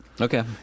Okay